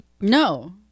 No